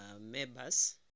members